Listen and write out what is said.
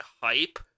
hype